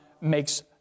makes